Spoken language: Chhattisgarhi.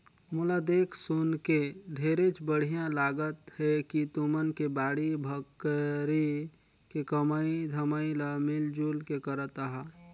मोला देख सुनके ढेरेच बड़िहा लागत हे कि तुमन के बाड़ी बखरी के कमई धमई ल मिल जुल के करत अहा